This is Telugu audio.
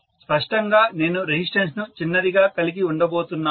స్పష్టంగా నేను రెసిస్టెన్స్ ను చిన్నదిగా కలిగి ఉండబోతున్నాను